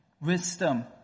wisdom